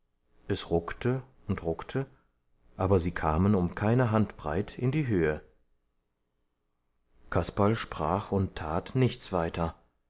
es ruckte und ruckte aber sie kamen um keine handbreit in die höhe kasperl sprach und tat nichts weiter